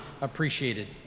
appreciated